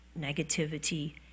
negativity